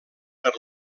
per